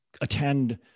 attend